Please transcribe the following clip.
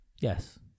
Yes